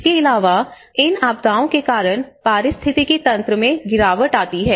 इसके अलावा इन आपदाओं के कारण पारिस्थितिकी तंत्र में गिरावट आती है